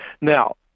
Now